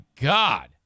God